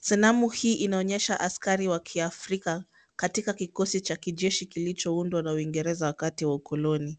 Sanamu hii inaonyesha askari wa Kiafrika katika kikosi cha kijeshi kilicho undwa na Waingereza wakati wa ukoloni.